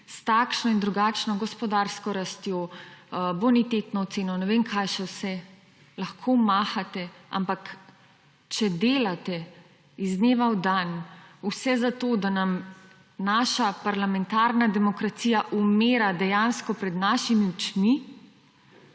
s takšno in drugačno gospodarsko rastjo, bonitetno oceno, ne vem kaj še vse. Lahko mahate, ampak če delate iz dneva v dan vse za to, da nam naša parlamentarna demokracija umira dejansko pred našimi očmi,